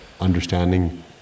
understanding